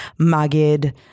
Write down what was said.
Magid